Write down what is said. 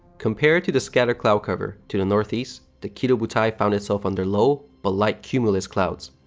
compared to the scatter cloud cover to the northeast, the kido butai found itself under low, but light cumulus clouds.